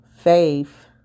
Faith